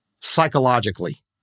psychologically